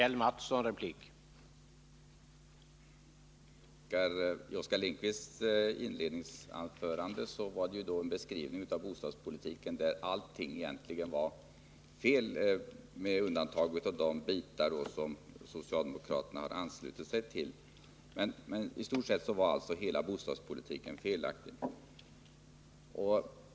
Herr talman! I Oskar Lindkvists inledningsanförande fanns en beskrivning av bostadspolitiken, enligt vilken egentligen allt är fel — med undantag av de bitar som socialdemokraterna har anslutit sig till. I stort är alltså hela bostadspolitiken felaktig.